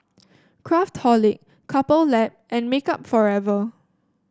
Craftholic Couple Lab and Makeup Forever